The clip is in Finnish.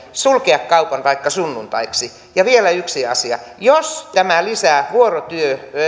sulkea kaupan vaikka sunnuntaiksi ja vielä yksi asia jos tämä lisää